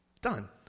done